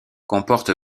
comporte